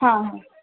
ಹಾಂ ಹಾಂ